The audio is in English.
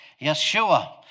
Yeshua